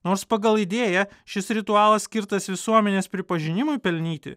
nors pagal idėją šis ritualas skirtas visuomenės pripažinimui pelnyti